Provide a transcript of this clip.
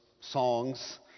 songs